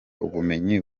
ubumenyi